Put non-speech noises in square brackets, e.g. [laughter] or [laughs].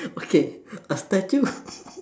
okay a statue [laughs]